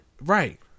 Right